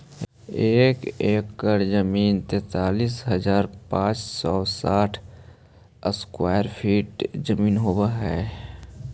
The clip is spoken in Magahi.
एक एकड़ जमीन तैंतालीस हजार पांच सौ साठ स्क्वायर फीट जमीन होव हई